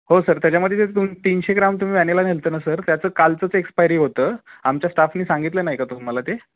हो सर त्याच्यामध्ये तुम्ही तीनशे ग्राम तुम्ही वॅनिला नेला होता ना सर त्याचं कालचंच एक्सपायरी होतं आमच्या स्टाफनी सांगितलं नाही का तुम्हाला ते